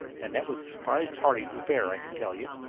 and it was a surprise party for fair, i can tell you.